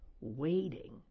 waiting